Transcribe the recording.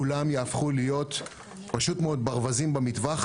כולם יהפכו להיות פשוט מאוד ברווזים במטווח